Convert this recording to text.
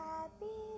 Happy